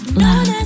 love